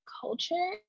culture